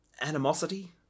animosity